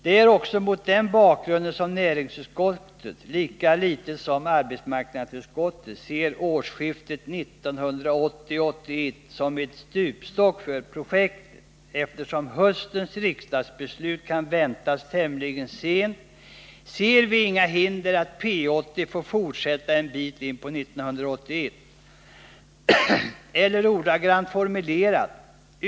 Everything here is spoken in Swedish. Det är också mot den bakgrunden som näringsutskottet — lika litet som arbetsmarknadsutskottet — ser årsskiftet 1980-1981 som en stupstock för projektet. Eftersom höstens riksdagsbeslut kan väntas tämligen sent ser vi inga hinder för att P 80 får fortsätta en bit in på 1981.